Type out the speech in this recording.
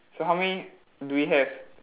so how many do we have